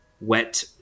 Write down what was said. wet